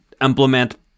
implement